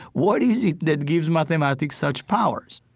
what is it that gives mathematics such powers?